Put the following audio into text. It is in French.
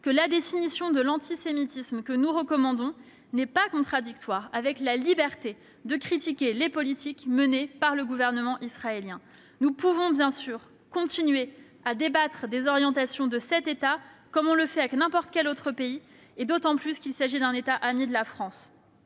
que la définition de l'antisémitisme que nous recommandons n'est pas contradictoire avec la liberté de critiquer les politiques menées par le gouvernement israélien. Nous pouvons continuer à débattre des orientations de cet État, comme on le fait pour les autres pays, et d'autant plus qu'il s'agit d'un État ami de la France.